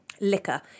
liquor